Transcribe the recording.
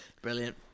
Brilliant